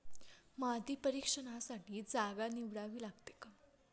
माती परीक्षणासाठी जागा निवडावी लागते का?